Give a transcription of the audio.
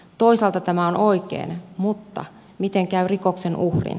toisaalta tämä on oikein mutta miten käy rikoksen uhrin